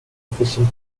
efficient